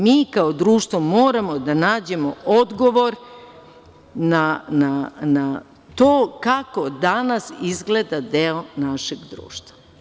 Mi kao društvo moramo da nađemo odgovor na to kako danas izgleda deo našeg društva.